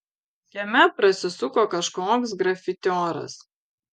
kieme prasisuko kažkoks grafitioras